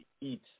eat